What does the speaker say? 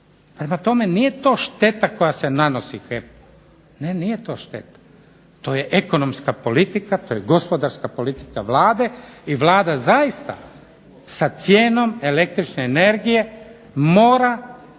Prema tome, nije to šteta koja se nanosi HEP-u, to je ekonomska politika i gospodarska politika Vlade i Vlada zaista sa cijenom električne energije mora